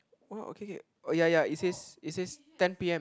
oh okay okay oh ya ya it says it says ten P_M